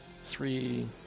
three